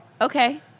okay